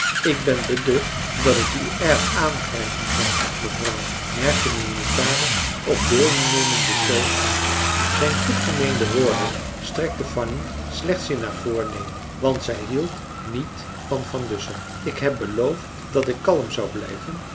ik ben beducht dat het u erg aangrijpen zal mevrouw merkte de notaris op deelnemenden toon aan zijn goed gemeende woorden sterkten fanny slechts in haar voornemen want zij hield niet van van dussen ik heb beloofd dat ik kalm zou blijven